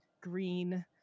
green